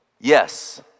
Yes